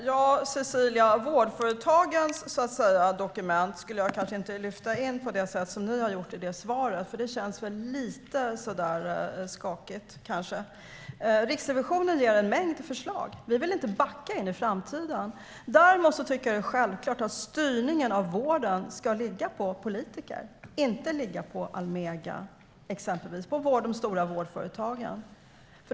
Herr talman! Vårdföretagens dokument skulle jag kanske inte lyfta in på det sätt som ni har gjort i det svaret, Cecilia. Det känns kanske lite skakigt. Riksrevisionen ger en mängd förslag. Vi vill inte backa in i framtiden. Däremot tycker jag att det är självklart att styrningen av vården ska ligga på politiker, inte på till exempel Almega och de stora vårdföretagen.